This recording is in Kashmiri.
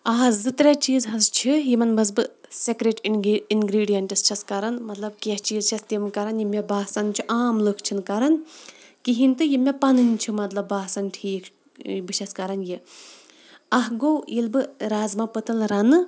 آ حظ زٕ ترٛےٚ چیٖز حظ چھِ یِمَن منٛز بہٕ سِکرِٹ اِنگی اِنگرٛیٖڈِیَنٹٕس چھٮ۪س کَران مطلب کینٛہہ چیٖز چھٮ۪س تِم کَران یِم مےٚ باسان چھِ عام لُکھ چھِنہٕ کَران کِہیٖنۍ تہِ یِم مےٚ پَنٕنۍ چھِ مطلب باسان ٹھیٖک بہٕ چھٮ۪س کَران یہِ اَکھ گوٚو ییٚلہِ بہٕ رازمہ پۄتٕلۍ رَنہٕ